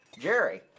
Jerry